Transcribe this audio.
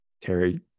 Terry